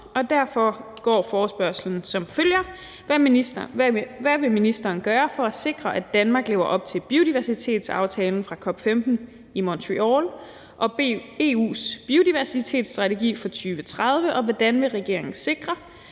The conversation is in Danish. Derfor går forespørgslen som følger: »Hvad vil ministeren gøre for at sikre, at Danmark lever op til biodiversitetsaftalen fra COP15 i Montreal og EU's biodiversitetsstrategi for 2030, og hvordan vil regeringen sikre,